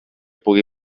pugui